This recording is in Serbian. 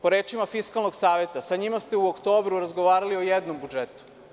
Po rečima Fiskalnog saveta, sa njima ste u oktobru razgovarali o jednom budžetu.